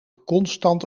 constant